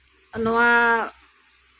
ᱱᱚᱣᱟ